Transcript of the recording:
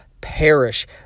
perish